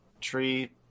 Tree